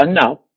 enough